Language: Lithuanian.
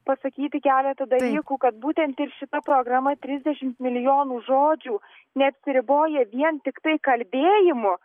pasakyti keletą dalykų kad būtent ir šita programa trisdešim milijonų žodžių neapsiriboja vien tiktai kalbėjimu